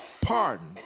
pardon